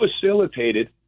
facilitated